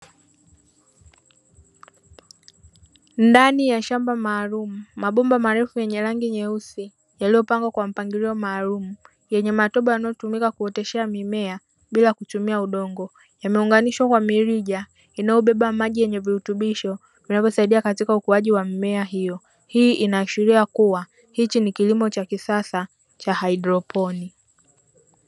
Ndani ya shamba maalumu mabomba marefu yenye rangi nyeusi, yaliyopangwa kwa mpangilio maalumu yenye matobo yanayotumika kuotesheamimea bila kutumia udongo yameunganishwa kwa mirija inayobeba maji, yenye virutubisho vinavyo saidia katika ukuaji wa mimea hiyo hii inaashiria kuwa hichi ni kilimo cha kisasa cha hadroponi.